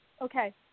Okay